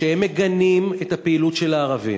שהם מגנים את הפעילות של הערבים.